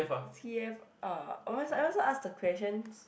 t_f_r am I ask ask the questions